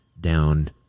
down